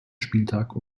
spieltag